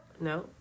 No